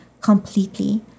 completely